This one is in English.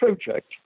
project